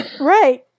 Right